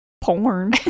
porn